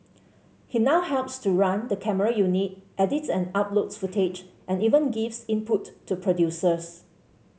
he now helps to run the camera unit edits and uploads footage and even gives input to producers